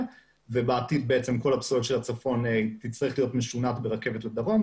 ובעתיד כל הפסולת של הצפון תצטרך להיות משונעת ברכבת לדרום.